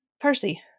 Percy